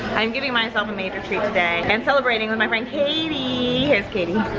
i'm giving myself a major treat today and celebrating with my friend katie. here's katie.